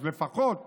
אז לפחות